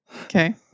Okay